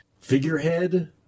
figurehead